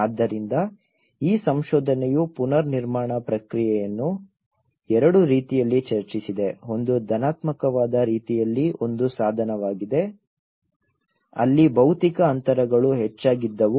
ಆದ್ದರಿಂದ ಈ ಸಂಶೋಧನೆಯು ಪುನರ್ನಿರ್ಮಾಣ ಪ್ರಕ್ರಿಯೆಯನ್ನು ಎರಡು ರೀತಿಯಲ್ಲಿ ಚರ್ಚಿಸಿದೆ ಒಂದು ಧನಾತ್ಮಕವಾದ ರೀತಿಯಲ್ಲಿ ಒಂದು ಸಾಧನವಾಗಿದೆ ಅಲ್ಲಿ ಭೌತಿಕ ಅಂತರಗಳು ಹೆಚ್ಚಾಗಿದ್ದವು